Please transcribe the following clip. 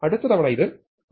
അടുത്ത തവണ ഇത് 1 2 4 8